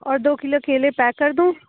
اور دو کلو کیلے پیک کر دوں